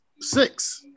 six